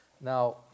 Now